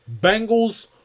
Bengals